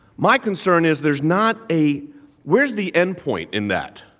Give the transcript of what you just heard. my concern is there's not a where's the endpoint in that?